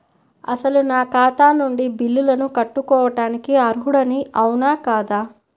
అసలు నా ఖాతా నుండి బిల్లులను కట్టుకోవటానికి అర్హుడని అవునా కాదా?